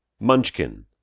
Munchkin